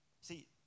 See